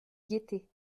guetter